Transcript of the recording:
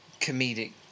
comedic